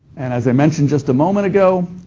and as i mentioned just a moment ago,